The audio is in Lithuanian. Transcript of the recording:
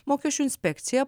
mokesčių inspekcija